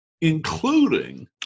including